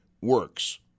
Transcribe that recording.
works